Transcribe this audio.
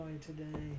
today